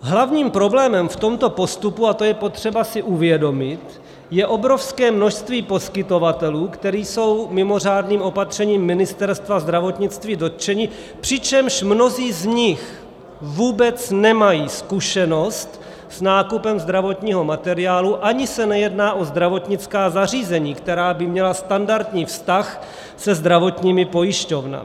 Hlavním problémem v tomto postupu, a to je potřeba si uvědomit, je obrovské množství poskytovatelů, kteří jsou mimořádným opatřením Ministerstva zdravotnictví dotčeni, přičemž mnozí z nich vůbec nemají zkušenost s nákupem zdravotního materiálu ani se nejedná o zdravotnická zařízení, která by měla standardní vztah se zdravotními pojišťovnami.